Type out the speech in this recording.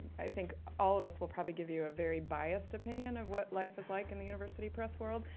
i think all of us will probably give you a very biased opinion of what life is like in the university press world,